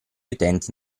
utenti